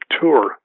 tour